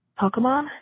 Pokemon